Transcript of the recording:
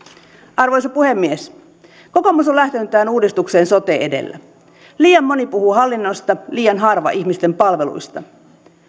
arvoisa puhemies kokoomus on lähtenyt tähän uudistukseen sote edellä liian moni puhuu hallinnosta liian harva ihmisten palveluista